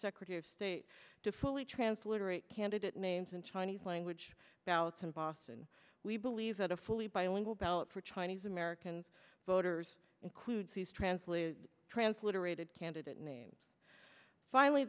secretary of state to fully transliterate candidate names in chinese language ballots in boston we believe that a fully bilingual ballot for chinese american voters includes these translated transliterated candidate names finally